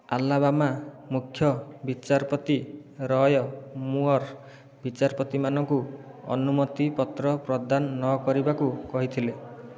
Alabama ମୁଖ୍ୟ ବିଚାରପତି Roy Moore ବିଚାରପତିମାନଙ୍କୁ ଅନୁମତି ପତ୍ର ପ୍ରଦାନ ନକରିବାକୁ କହିଥିଲେ